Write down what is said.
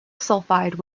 sulfide